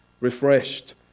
refreshed